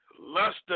Luster